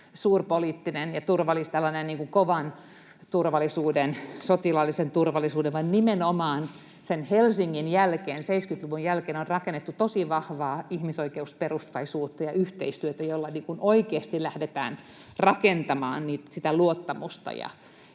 turvallisuuden”, sotilaallisen turvallisuuden järjestö, vaan nimenomaan sen Helsingin jälkeen, 70-luvun jälkeen, on rakennettu tosi vahvaa ihmisoikeusperustaisuutta ja yhteistyötä, jolla oikeasti lähdetään rakentamaan sitä luottamusta,